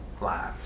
lives